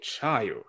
child